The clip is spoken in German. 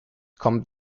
kommt